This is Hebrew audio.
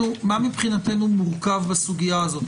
מה מבחינתנו מורכב בסוגיה הזאת?